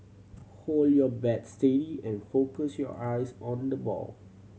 hold your bats steady and focus your eyes on the ball